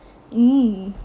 mm